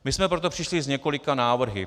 My jsme proto přišli s několika návrhy.